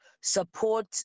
support